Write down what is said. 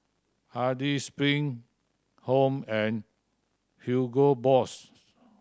Hardy's Spring Home and Hugo Boss